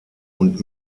und